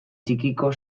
txikiko